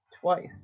twice